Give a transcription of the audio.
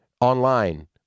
online